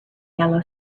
yellow